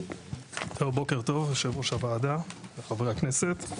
בוקר טוב, יושב ראש הוועדה וחברי הכנסת.